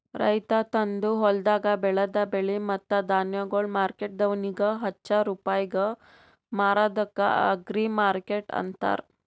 ರೈತ ತಂದು ಹೊಲ್ದಾಗ್ ಬೆಳದ ಬೆಳೆ ಮತ್ತ ಧಾನ್ಯಗೊಳ್ ಮಾರ್ಕೆಟ್ದವನಿಗ್ ಹಚ್ಚಾ ರೂಪಾಯಿಗ್ ಮಾರದ್ಕ ಅಗ್ರಿಮಾರ್ಕೆಟ್ ಅಂತಾರ